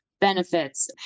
benefits